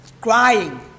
crying